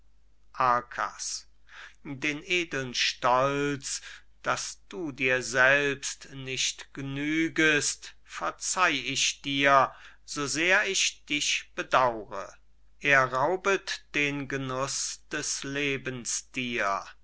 den edeln stolz daß du dir selbst nicht g'nügest verzeih ich dir so sehr ich dich bedaure er raubet den genuß des lebens dir